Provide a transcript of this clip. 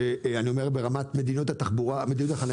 ואני אומר ברמת מדיניות החנייה,